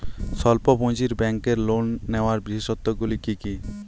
স্বল্প পুঁজির ব্যাংকের লোন নেওয়ার বিশেষত্বগুলি কী কী?